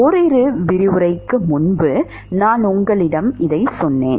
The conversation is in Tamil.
ஓரிரு விரிவுரைகளுக்கு முன்பு நான் உங்களிடம் சொன்னேன்